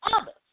others